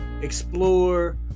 explore